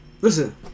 Listen